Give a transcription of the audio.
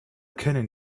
kennen